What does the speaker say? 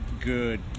good